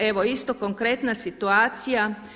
Evo isto konkretna situacija.